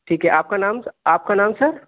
ٹھیک ہے آپ کا نام آپ کا نام سر